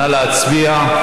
נא להצביע.